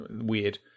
weird